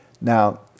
Now